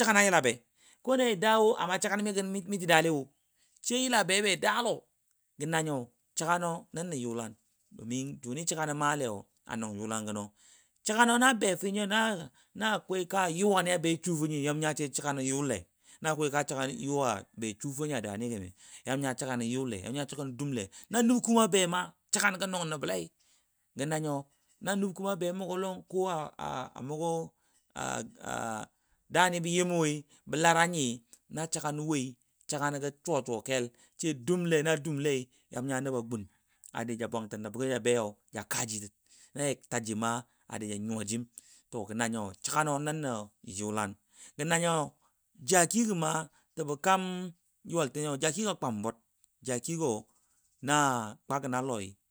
səgano yila be ba daa lɔɔ gə na nyo, domin jʊni səgganɔ malai a nʊn jʊlan gənɔ səganɔ na befɔ na akwai ka yʊwa ni ba shu gə na mʊ nya səganɔ yʊl le na akwai ka səgan yʊwa ba shu fi mʊ nya səganɔ dʊm le, na nəkʊ a bei ma səgan gə nʊn nəbɔ lai, na səganɔ wɔ a daa ni gəm bɔ yim wo a lara nyi na yʊwa gɔ ba sʊ wɔi sai səganɔ dʊm lei. adi nəba gʊn ja bwan tən nəbgɔ. ja kaaji la da tajii ma to gə nanyo səganɔ nəngən nə yʊlan gə na nyo jaki gə ma təbɔ kam yʊwalɔ jaki gɔ a kwambur jaki gɔ kwagən a lɔi.